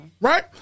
right